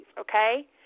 okay